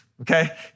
okay